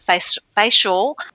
facial